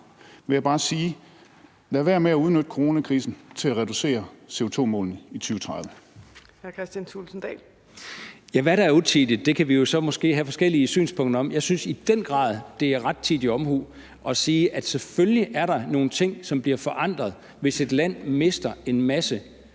Thulesen Dahl. Kl. 14:34 Kristian Thulesen Dahl (DF): Hvad der er utidigt, kan vi jo så måske have forskellige synspunkter om. Jeg synes i den grad, det er rettidig omhu at sige, at selvfølgelig er der nogle ting, som bliver forandret, hvis et land mister en masse